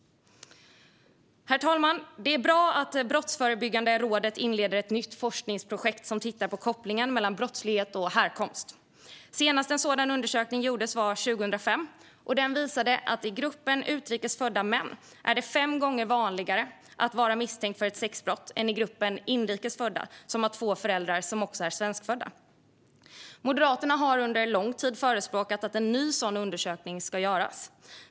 Herr talman! Det är bra att Brottsförebyggande rådet inleder ett nytt forskningsprojekt som tittar på kopplingen mellan brottslighet och härkomst. Senast en sådan undersökning gjordes var 2005. Den visade att det i gruppen utrikes födda män är fem gånger vanligare att vara misstänkt för sexbrott än i gruppen inrikes födda som har två föräldrar som också är svenskfödda. Moderaterna har under lång tid förespråkat att en ny sådan undersökning ska göras.